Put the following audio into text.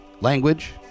language